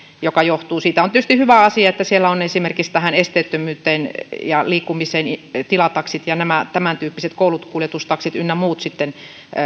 joka johtuu siitä on tietysti hyvä asia että siellä on asiaa esimerkiksi tähän esteettömyyteen ja liikkumiseen tilataksit ja nämä tämäntyyppiset koulukuljetustaksit ynnä muut sitten